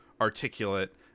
articulate